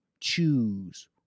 choose